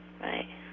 Right